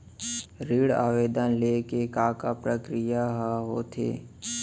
ऋण आवेदन ले के का का प्रक्रिया ह होथे?